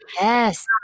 Yes